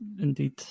Indeed